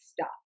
stop